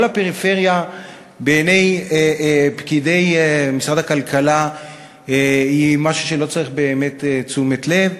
כל הפריפריה בעיני פקידי משרד הכלכלה היא משהו שלא צריך באמת תשומת לב.